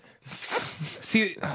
See